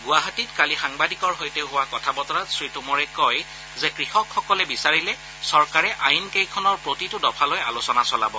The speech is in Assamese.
গুৱাহাটীত কালি সাংবাদিকৰ সৈতে হোৱা কথা বতৰাত শ্ৰীটোমৰে কয় যে কৃষকসকলে বিচাৰিলে চৰকাৰে আইনকেইখনৰ প্ৰতিটো দফাক লৈ আলোচনা চলাব